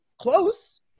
Close